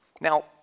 Now